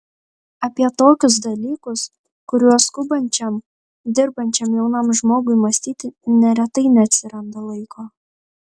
apie tokius dalykus kuriuos skubančiam dirbančiam jaunam žmogui mąstyti neretai neatsiranda laiko